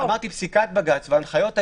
-- אמרתי פסיקת בג"ץ והנחיות היועץ,